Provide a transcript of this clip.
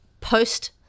post